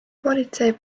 politsei